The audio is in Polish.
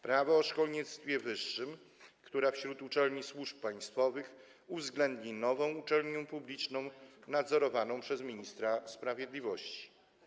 Prawo o szkolnictwie wyższym, która wśród uczelni służb państwowych uwzględni nową uczelnię publiczną, nadzorowaną przez ministra sprawiedliwości.